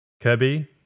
Kirby